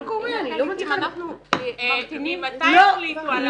מה קורה -- אם אנחנו ממתינים -- ממתי החליטו על ההוסטל הזה?